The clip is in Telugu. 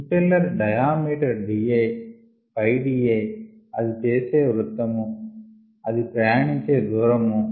ఇంపెల్లర్ డయామీటర్ Di πDi అది చేసే వృత్తము అది ప్రయాణించే దూరం